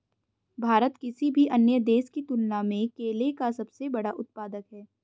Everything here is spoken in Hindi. भारत किसी भी अन्य देश की तुलना में केले का सबसे बड़ा उत्पादक है